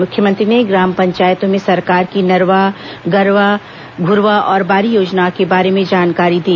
मुख्यमंत्री ने ग्राम पंचायतों में सरकार की नरवा गरूवा घुरवा और बारी योजना के बारे में जानकारी दी